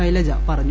ശൈലജ പറഞ്ഞു